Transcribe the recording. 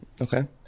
Okay